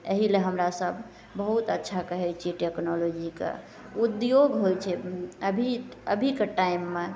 एहिले हमरासभ बहुत अच्छा कहै छिए टेक्नोलॉजीके उद्योग होइ छै अभी अभीके टाइममे